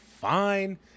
fine